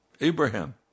Abraham